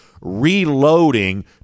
reloading